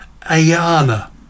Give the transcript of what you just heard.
Ayana